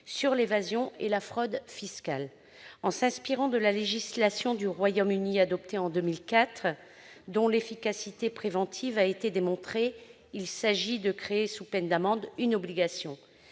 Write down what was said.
sur l'évasion et la fraude fiscales. En s'inspirant de la législation que le Royaume-Uni a adoptée en 2004 et dont l'efficacité préventive a été démontrée, il s'agit de créer, sous peine d'amende, une obligation,